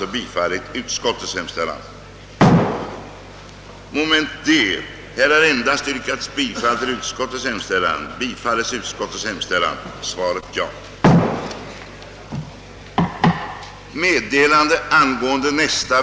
11.00 i stället för kl.